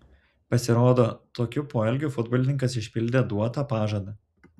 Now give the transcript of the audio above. pasirodo tokiu poelgiu futbolininkas išpildė duotą pažadą